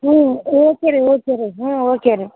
ಹ್ಞೂ ಓಕೆ ರೀ ಓಕೆ ರೀ ಹ್ಞೂ ಓಕೆ ರೀ